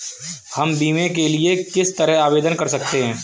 हम बीमे के लिए किस तरह आवेदन कर सकते हैं?